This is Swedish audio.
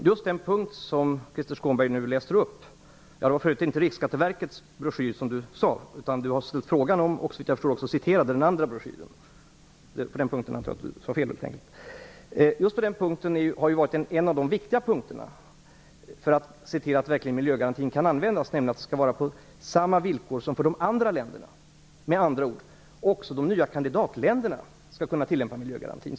Fru talman! Den punkt som Krister Skånberg nu läser upp har varit en av de viktiga för att se till att miljögarantin verkligen kan användas, nämligen att det skall vara på samma villkor för Sverige som för de andra länderna. Med andra ord skall också de nya kandidatländerna kunna tillämpa miljögarantin.